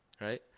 Right